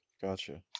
Gotcha